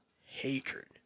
hatred